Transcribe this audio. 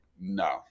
no